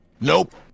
Nope